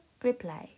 reply